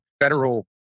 federal